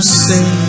say